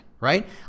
right